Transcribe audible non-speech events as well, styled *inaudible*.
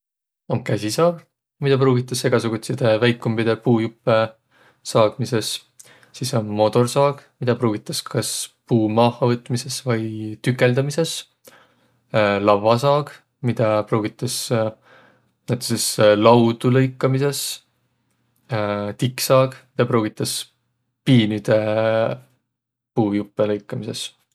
Om käsisaag, midä pruugitas egäsugutsidõ väikumbidõ puujuppõ saagmisõs. Sis om moodorsaag, midä pruugitas kas puu maaha võtmisõs vai tükeldämises. *hesitation* Lavvasaag, midä pruugitas *hesitation* näütüses laudu lõikamisõs. *hesitation* Tikksaag, midä pruugitas piinüde puujuppõ lõikamisõs.